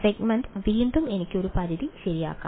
segment വീണ്ടും എനിക്ക് ഒരു പരിധി ശരിയാക്കാം